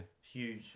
huge